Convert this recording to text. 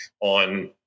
on